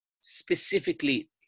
specifically